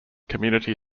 community